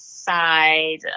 side